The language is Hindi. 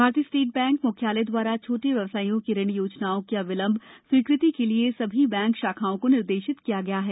भारतीय स्टेट बैंक म्ख्यालय द्वारा छोटे व्यवसाइयों की ऋण योजनाओं की अविलंब स्वीकृति के लिए सभी बैंक शाखाओं को निर्देशित किया गया है